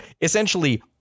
essentially